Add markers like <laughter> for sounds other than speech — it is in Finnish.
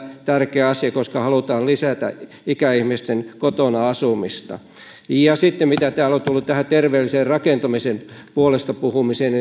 tärkeä asia koska halutaan lisätä ikäihmisten kotona asumista sitten mitä täällä on tullut tähän terveellisen rakentamisen puolesta puhumiseen <unintelligible>